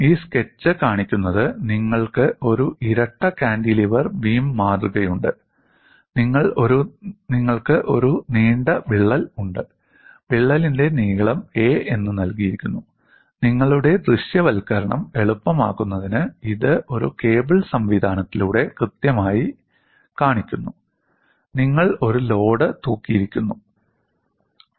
ഈ സ്കെച്ച് കാണിക്കുന്നത് നിങ്ങൾക്ക് ഒരു ഇരട്ട കാന്റിലിവർ ബീം മാതൃകയുണ്ട് നിങ്ങൾക്ക് ഒരു നീണ്ട വിള്ളൽ ഉണ്ട് വിള്ളലിന്റെ നീളം a എന്ന് നൽകിയിരിക്കുന്നു നിങ്ങളുടെ ദൃശ്യവൽക്കരണം എളുപ്പമാക്കുന്നതിന് ഇത് ഒരു കേബിൾ സംവിധാനത്തിലൂടെ വ്യക്തമായി കാണിക്കുന്നു നിങ്ങൾ ഒരു ലോഡ് തൂക്കിയിരിക്കുന്നു P